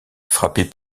frappé